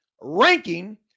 Ranking